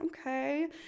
Okay